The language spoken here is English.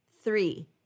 Three